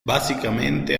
básicamente